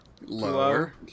Lower